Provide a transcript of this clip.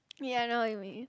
me I know what you mean